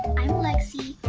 i'm lexie